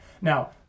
Now